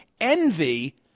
Envy